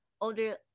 older